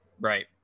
Right